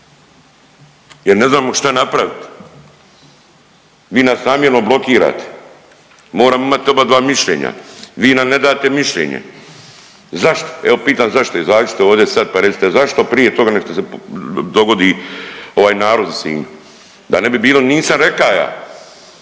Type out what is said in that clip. jer ne znamo šta napravit. Vi nas namjerno blokirate, moramo imat obadva mišljenja, vi nam ne date mišljenje. Zašto, evo pitam zašto, izađite ovdje sad pa recite zašto, prije toga nego što se dogodi ovaj narod u Sinju, da ne bi bilo nisam reka ja.